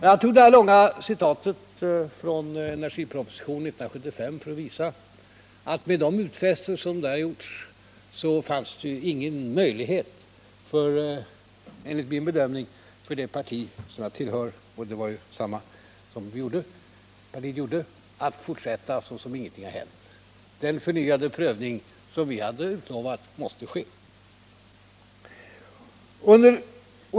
Jag tog det här långa citatet från energipropositionen 1975 för att visa att med de utfästelser som där gjorts det inte fanns någon möjlighet, enligt min bedömning, för det parti som jag tillhör, att fortsätta som om ingenting har hänt. Den förnyade prövning som vi hade utlovat måste ske.